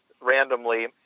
randomly